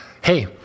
hey